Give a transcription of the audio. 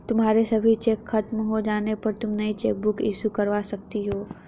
तुम्हारे सभी चेक खत्म हो जाने पर तुम नई चेकबुक इशू करवा सकती हो